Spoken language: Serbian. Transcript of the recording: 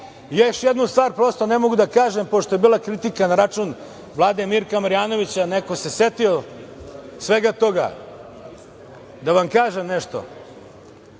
stvar. Prosto, ne mogu a da ne kažem, pošto je bila kritika na račun Vlade Mirka Marjanovića. Neko se setio svega toga. Da vam kažem nešto.